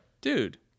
Dude